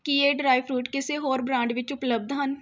ਕੀ ਇਹ ਡਰਾਈਫਰੂਟ ਕਿਸੇ ਹੋਰ ਬ੍ਰਾਂਡ ਵਿੱਚ ਉਪਲਬਧ ਹਨ